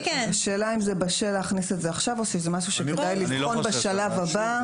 השאלה אם זה בשל להכניס את זה עכשיו או שזה משהו שכדאי לבחון בשלב הבא,